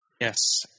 Yes